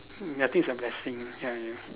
mm I think it's a blessing ya ya